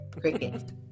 cricket